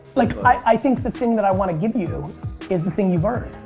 like i think the thing that i want to give you is the thing you've earned.